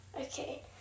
Okay